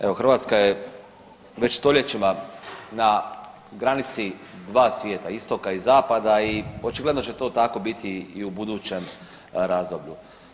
Evo Hrvatska je već stoljećima na granici dva svijeta istoka i zapada i očigledno će to tako biti i u budućem razdoblju.